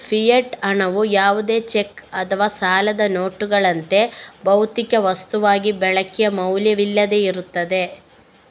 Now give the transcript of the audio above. fiat ಹಣವು ಯಾವುದೇ cheque ಅಥವಾ ಸಾಲದ ನೋಟುಗಳಂತೆ, ಭೌತಿಕ ವಸ್ತುವಾಗಿ ಬಳಕೆಯ ಮೌಲ್ಯವಿಲ್ಲದೆ ಇರುತ್ತದೆ